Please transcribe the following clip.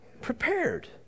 Prepared